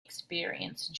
experience